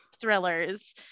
thrillers